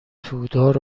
تودار